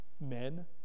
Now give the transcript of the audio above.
men